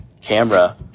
camera